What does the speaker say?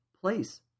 place